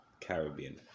Caribbean